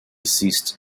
ceased